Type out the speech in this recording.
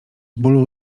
bólu